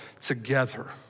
together